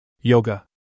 Yoga